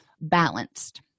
balanced